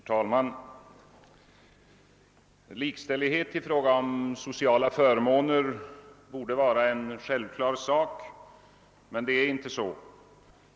Herr talman! Likställighet i fråga om sociala förmåner borde vara något självklart, men det är det inte.